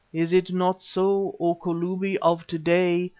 is it not so, o kalubi of to-day,